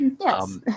Yes